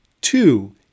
Two